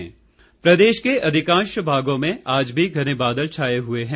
मौसम प्रदेश के अधिकांश भागों में आज भी घने बादल छाए हुए हैं